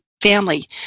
family